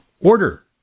order